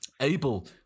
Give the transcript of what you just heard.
able